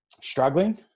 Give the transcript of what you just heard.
struggling